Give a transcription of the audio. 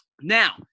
Now